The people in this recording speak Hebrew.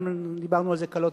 דיברנו על זה קלות,